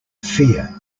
fear